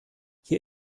hier